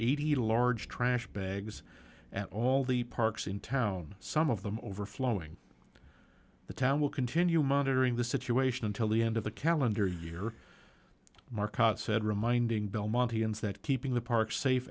eighty large trash bags at all the parks in town some of them overflowing the town will continue monitoring the situation until the end of the calendar year market said reminding belmonte ins that keeping the park safe